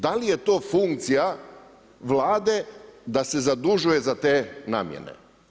Da li je to funkcija Vlade da se zadužuje za te namjene.